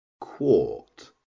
quart